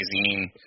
magazine